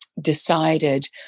decided